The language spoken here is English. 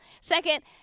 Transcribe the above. Second